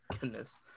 goodness